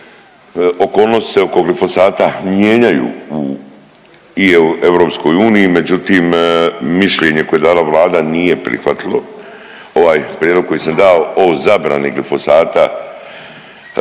okolnosti se oko glifosata mijenjaju u, i u EU, međutim, mišljenje koje je dala Vlada nije prihvatilo ovaj prijedlog koji sam dao o zabrani glifosata, a